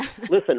Listen